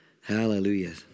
Hallelujah